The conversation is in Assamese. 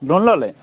লোন ল'লে